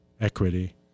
equity